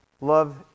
love